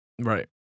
right